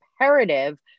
imperative